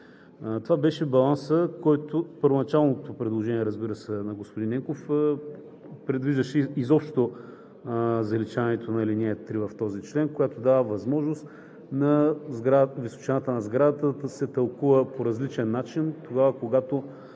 Това беше балансът. Първоначалното предложение на господин Ненков предвиждаше изобщо заличаването на ал. 3 в този член, която дава възможност височината на сградата да се тълкува по различен начин тогава, когато